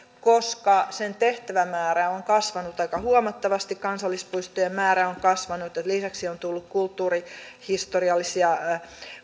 koska sen tehtävämäärä on kasvanut aika huomattavasti kansallispuistojen määrä on kasvanut ja lisäksi on tullut kulttuurihistoriallisia